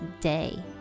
day